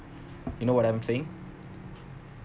you know what I'm saying